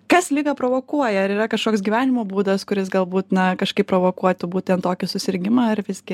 kas ligą provokuoja ar yra kašoks gyvenimo būdas kuris galbūt na kažkaip provokuoti būten tokį susirgimą ar visgi